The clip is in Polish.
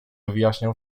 wyjaśniał